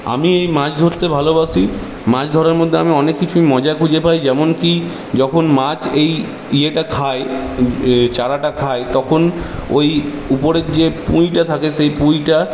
আমি এই মাছ ধরতে ভালোবাসি মাছ ধরার মধ্যে আমি অনেক কিছুই মজা খুঁজে পাই যেমন কি যখন মাছ এই ইয়েটা খায় চারাটা খায় তখন ওই উপরের দিকে যে পুঁইটা থাকে সেই পুঁইটা